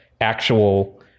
actual